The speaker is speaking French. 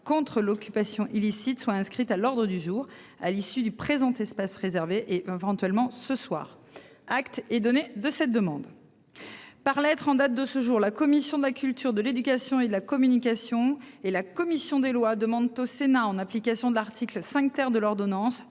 contre l'occupation illicite soit inscrite à l'ordre du jour à l'issue du présent espace réservé éventuellement ce soir acte est donné de cette demande. Par lettre en date de ce jour, la commission de la culture de l'éducation et de la communication et la commission des Lois demandent au Sénat en application de l'article 5 ter de l'ordonnance